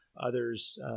Others